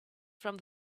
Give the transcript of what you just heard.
from